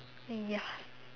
ya